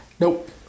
Nope